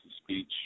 speech